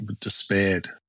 despaired